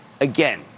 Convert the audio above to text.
Again